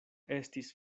estis